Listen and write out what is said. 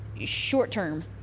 short-term